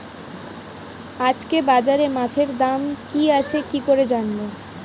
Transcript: আজকে বাজারে মাছের দাম কি আছে কি করে জানবো?